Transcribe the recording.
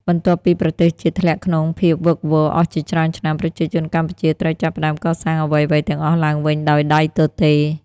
បន្ទាប់ពីប្រទេសជាតិធ្លាក់ក្នុងភាពវឹកវរអស់ជាច្រើនឆ្នាំ ប្រជាជនកម្ពុជាត្រូវចាប់ផ្តើមកសាងអ្វីៗទាំងអស់ឡើងវិញដោយដៃទទេ។